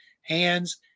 hands